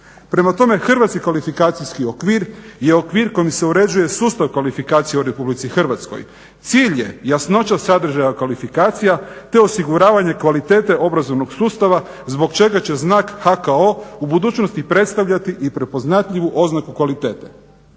Prema tome hrvatski kvalifikacijski okvir je okvir kojim se uređuje sustav kvalifikacije u RH. cilj je jasnoća sadržaja kvalifikacija te osiguravanje kvalitete obrazovnog sustava zbog čega će znak HKO u budućnosti predstavljati i prepoznatljivu oznaku kvalitete.